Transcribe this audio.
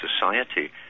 society